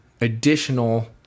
additional